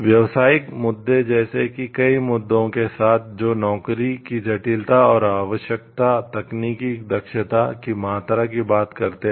व्यावसायिक मुद्दे जैसे कि कई मुद्दों के साथ जो नौकरी की जटिलता और आवश्यक तकनीकी दक्षता की मात्रा की बात करते हैं